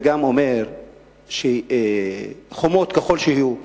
זה גם אומר שחומות, ככל שיהיו,